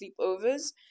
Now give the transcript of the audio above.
sleepovers